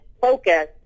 focus